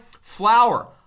flour